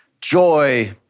joy